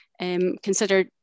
consider